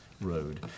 road